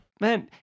Man